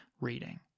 reading